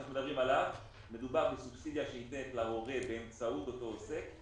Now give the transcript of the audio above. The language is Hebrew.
מדובר בסובסידיה שניתנת להורה באמצעות אותו עוסק,